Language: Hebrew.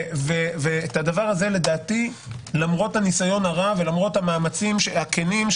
את הדבר הזה לדעתי למרות הניסיון הרב ולמרות המאמצים הכנים,